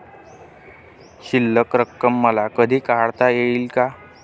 शिल्लक रक्कम मला कधी काढता येईल का?